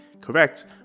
correct